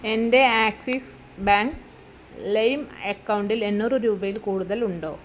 എന്റെ Axis bank ലേയിം അക്കൗണ്ടിൽ എണ്ണൂറ് രൂപയിൽ കൂടുതലുണ്ടോ